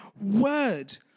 word